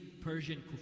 Persian